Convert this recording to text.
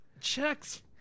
checks